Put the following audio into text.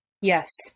Yes